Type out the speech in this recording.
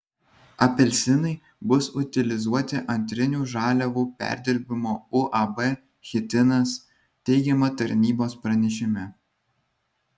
apelsinai bus utilizuoti antrinių žaliavų perdirbimo uab chitinas teigiama tarnybos pranešime